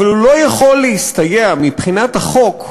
אבל הוא לא יכול להסתייע, מבחינת החוק,